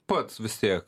pats vis tiek